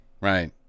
right